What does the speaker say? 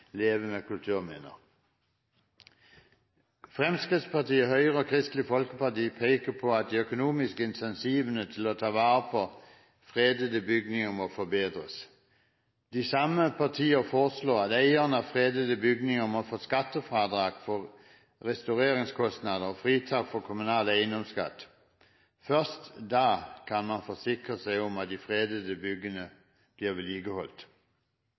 med kulturminner». Fremskrittspartiet, Høyre og Kristelig Folkeparti peker på at de økonomiske incentivene for å ta vare på fredede bygninger må forbedres. De samme partier foreslår at eierne av fredede bygninger må få skattefradrag for restaureringskostnader og fritak for kommunal eiendomsskatt. Først da kan man forsikre seg om at de fredede byggene blir vedlikeholdt.